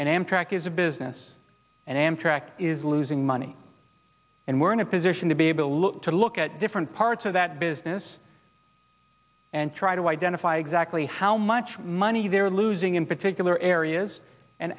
and amtrak is a business and amtrak is losing money and we're in a position to be able to look at different parts of that business and try to identify exactly how much money they're losing in particular areas and